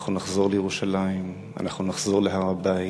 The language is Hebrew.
אנחנו נחזור לירושלים, אנחנו נחזור להר-הבית.